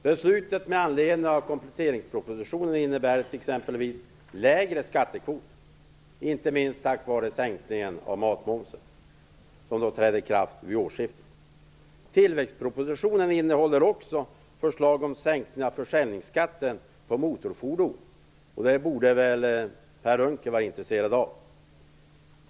Beslutet med anledning av kompletteringspropositionen innebär exempelvis lägre skattekvot, inte minst tack vare sänkningen av matmomsen, som träder i kraft vid årsskiftet. Tillväxtpropositionen innehåller också förslag om sänkningar av försäljningsskatten på motorfordon, och det borde väl Per Unckel vara intresserad av.